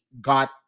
got